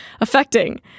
affecting